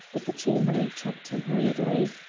but the chamberlain checked him hurriedly.